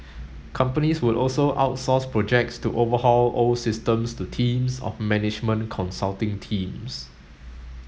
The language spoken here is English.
companies would also outsource projects to overhaul old systems to teams of management consulting teams